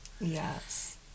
Yes